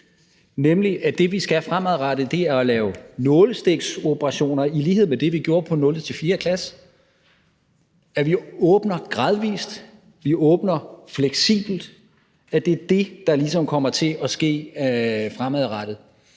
nemlig at det, vi skal fremadrettet, er at lave nålestiksoperationer i lighed med det, vi gjorde for 0.-4. klasse, at vi åbner gradvis, at vi åbner fleksibelt, og at det er det, der ligesom kommer til at ske fremadrettet?